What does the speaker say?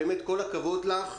באמת כל הכבוד לך.